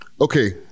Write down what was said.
okay